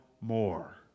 more